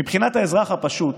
מבחינת האזרח הפשוט,